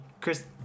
Chris